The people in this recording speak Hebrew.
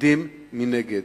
עומדים מנגד,